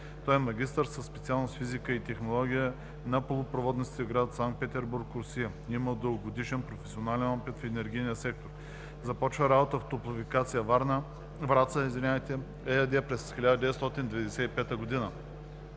Той е магистър със специалност „Физика и технология на полупроводниците“ в гр. Санкт Петербург, Русия. Има дългогодишен професионален опит в енергийния сектор. Започва работа в „Топлофикация – Враца“ ЕАД през 1995 г.